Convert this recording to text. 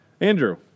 Andrew